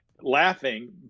laughing